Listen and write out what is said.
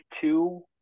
two